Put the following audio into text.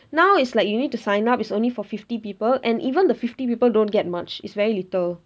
now it's like you need to sign up it's only for fifty people and even the fifty people don't get much it's very little